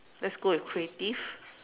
let's go with creative